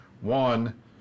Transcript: one